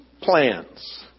plans